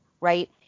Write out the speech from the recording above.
right